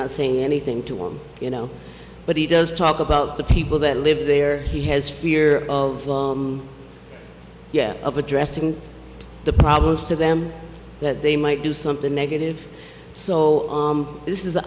not saying anything to him you know but he does talk about the people that live there he has fear of yeah of addressing the problems to them that they might do something negative so this is